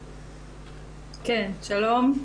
שלום.